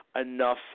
enough